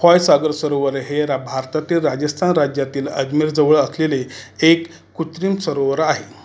फॉयसागर सरोवर हे रा भारतातील राजस्थान राज्यातील अजमेरजवळ असलेले एक कृत्रिम सरोवर आहे